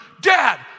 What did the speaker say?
Dad